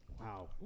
Wow